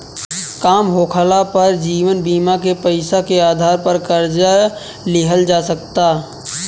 काम होखाला पर जीवन बीमा के पैसा के आधार पर कर्जा लिहल जा सकता